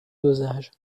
dosages